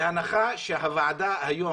בהנחה שהוועדה היום,